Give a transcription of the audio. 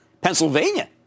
Pennsylvania